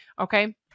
Okay